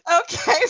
Okay